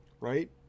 right